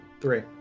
Three